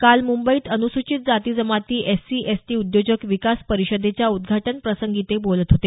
काल मुंबईत अनुसूचित जाती जमाती एससी एसटी उद्योजक विकास परिषदेच्या उद्घाटनप्रसंगी ते बोलत होते